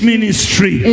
ministry